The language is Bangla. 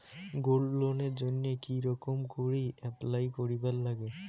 গোল্ড লোনের জইন্যে কি রকম করি অ্যাপ্লাই করিবার লাগে?